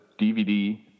DVD